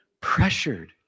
pressured